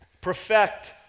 perfect